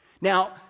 Now